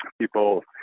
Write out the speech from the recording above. people